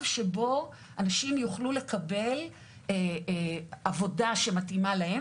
שבו אנשים יוכלו לקבל עבודה שמתאימה להם,